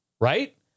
right